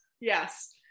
Yes